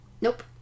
nope